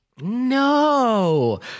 No